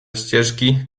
ścieżki